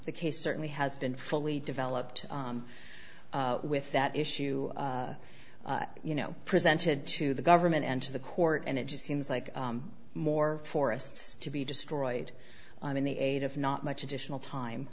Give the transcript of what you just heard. the case certainly has been fully developed with that issue you know presented to the government and to the court and it just seems like more forests to be destroyed in the eight if not much additional time